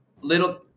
little